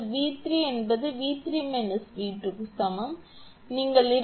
𝑣3 𝑉3 𝑉2 க்கு சமம் நீங்கள் 25